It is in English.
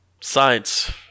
science